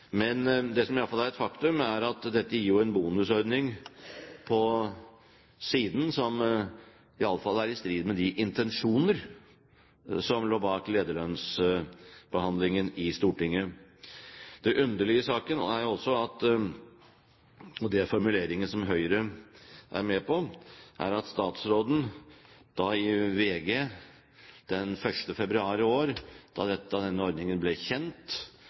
et faktum, er at dette gir en bonusordning på siden, som er i strid med de intensjoner som lå bak lederlønnsbehandlingen i Stortinget. Det underlige i saken er – og det er formuleringer som Høyre er med på – at statsråden i VG den 1. februar i år, da denne ordningen ble kjent